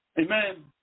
Amen